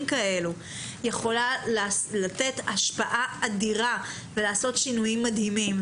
כאלו יכולה לתת השפעה אדירה ולעשות שינויים מדהימים.